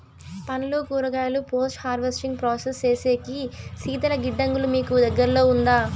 పండ్లు కూరగాయలు post harvesting process సేసేకి శీతల గిడ్డంగులు మీకు దగ్గర్లో ఉందా?